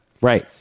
right